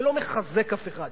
זה לא מחזק אף אחד.